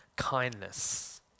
kindness